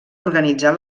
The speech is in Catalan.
organitzar